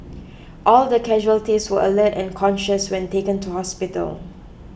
all the casualties were alert and conscious when taken to hospital